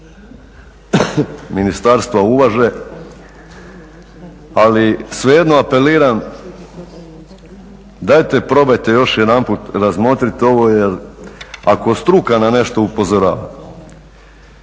ministarstva uvaže, ali svejedno apeliram dajte probajte još jedanput razmotriti ovo jer ako struka na nešto upozorava